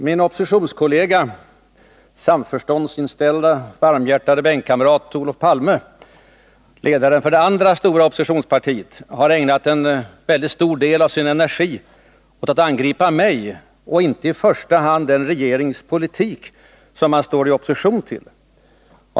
Min oppositionskollega och samförståndsinställde varmhjärtade bänkkamrat Olof Palme, ledaren för det andra stora oppositionspartiet, har ägnat en stor del av sin energi åt att angripa mig och inte i första hand den regerings politik som han står i opposition till.